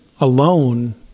alone